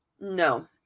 no